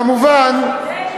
העולם כולו נגדנו,